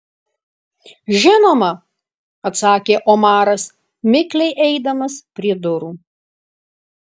žinoma atsakė omaras mikliai eidamas prie durų